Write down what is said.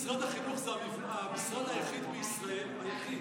משרד החינוך זה המשרד היחיד בישראל, היחיד,